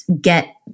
get